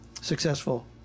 successful